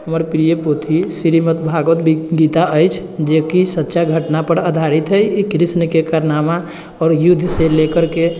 हमर प्रिये पोथी श्रीमद् भागवतगीत गीता अछि जेकि एक सच्चा घटनापर आधारित हय ई कृष्णके कारनामा आओर युद्धसँ लेकरके